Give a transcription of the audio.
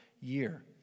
year